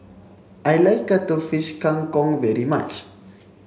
I like cuttlefish Kang Kong very much